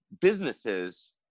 businesses